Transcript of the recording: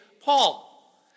Paul